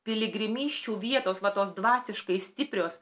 piligrimysčių vietos va tos dvasiškai stiprios